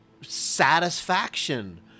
satisfaction